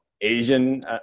Asian